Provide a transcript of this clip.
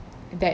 that